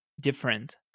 different